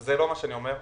זה לא מה שאני אומר,